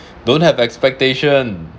don't have expectation